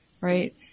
right